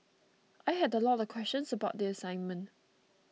I had a lot of questions about the assignment